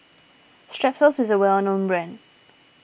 Strepsils is a well known brand